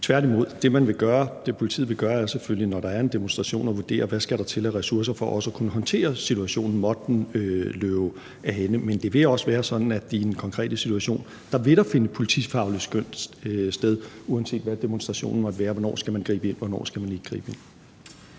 Tværtimod. Det, politiet vil gøre, er selvfølgelig, når der er en demonstration, at vurdere, hvad der skal til af ressourcer for også at kunne håndtere situationen, måtte den løbe af hænde. Men det vil også være sådan, at der i den konkrete situation vil finde politifaglige skøn sted, uanset hvad demonstrationen måtte handle om, i forhold til hvornår man skal gribe ind